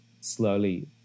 slowly